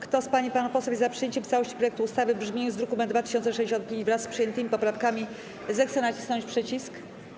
Kto z pań i panów posłów jest za przyjęciem w całości projektu ustawy w brzmieniu z druku nr 2065, wraz z przyjętymi poprawkami, zechce nacisnąć przycisk.